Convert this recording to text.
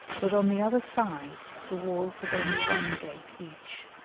but on the other sides the walls have only one gate each.